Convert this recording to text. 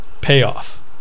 payoff